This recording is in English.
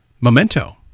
Memento